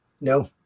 No